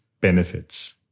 benefits